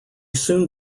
soon